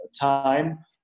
time